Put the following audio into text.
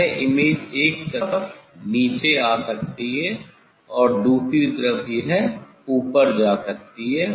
वह इमेज एक तरफ नीचे जा सकती है और दूसरी तरफ यह ऊपर जा सकती है